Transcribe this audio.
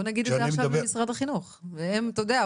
אז בוא נגיד את זה עכשיו למשרד החינוך והם אתה יודע,